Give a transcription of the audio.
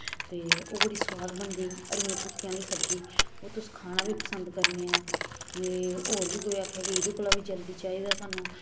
ते ओह् बड़ी सोआद बनदी हरियें पूंकें आह्ली सब्जी ओह् तुस खाना बी पसंद करने ऐ ते होर बी कोई आक्खै कि एह्दे कोला बी जल्दी चाहिदा सानू